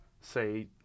say